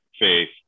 faith